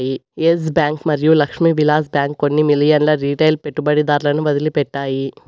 yes Bank మరియు Lakshmi Vilas bank కొన్ని మిలియన్ల రిటైల్ పెట్టుబడిదారులను వదిలిపెట్టాయి